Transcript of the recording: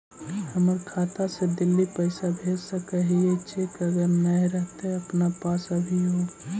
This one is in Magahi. हमर खाता से दिल्ली पैसा भेज सकै छियै चेक अगर नय रहतै अपना पास अभियोग?